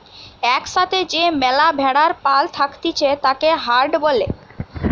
এক সাথে যে ম্যালা ভেড়ার পাল থাকতিছে তাকে হার্ড বলে